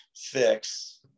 fix